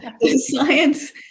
Science